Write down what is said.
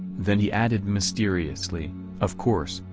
then he added mysteriously of course,